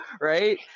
right